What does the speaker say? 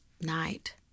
night